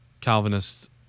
Calvinist